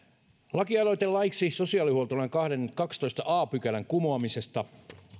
lakialoite laiksi sosiaalihuoltolain kahdennentoista a pykälän kumoamisesta